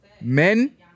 men